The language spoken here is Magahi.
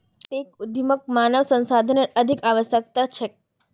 टेक उद्यमक मानव संसाधनेर अधिक आवश्यकता छेक